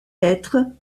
hêtres